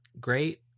great